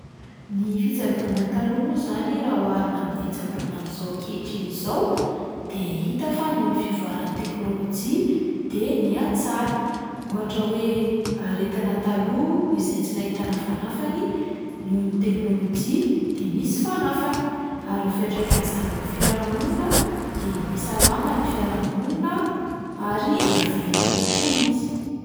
Ny fitsaboana taloha moa izany raha oharina amin'ny fitsaboana amin'izao ankehitriny izao de hita fa nohon'ny fivoaran'ny teknôlôjia de nihatsara, ohatra hoe aretina taloha izay tsy nahitana fanafany, nohon'ny teknôlôjia de misy fanafany, ary ny fiantraikan'izany eo amin'ny fiarahamonina de mihasalama ny fiarahamonina ary ela velona kokoa izy.